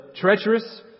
treacherous